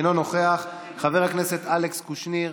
אינו נוכח, חבר הכנסת אלכס קושניר,